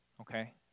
okay